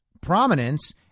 prominence